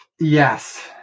yes